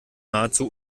nahezu